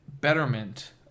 betterment